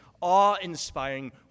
awe-inspiring